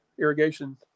irrigation